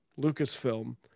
Lucasfilm